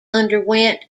underwent